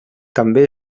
també